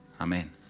Amen